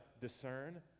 discern